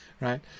right